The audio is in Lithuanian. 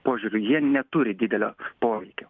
požiūriu jie neturi didelio poveikio